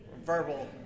verbal